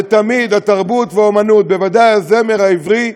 ותמיד התרבות והאמנות, בוודאי הזמר העברי,